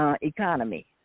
economy